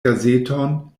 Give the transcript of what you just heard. gazeton